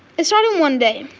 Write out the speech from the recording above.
it started one day.